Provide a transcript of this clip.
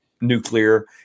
nuclear